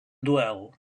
duel